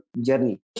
journey